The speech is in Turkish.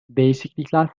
değişiklikler